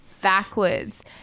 backwards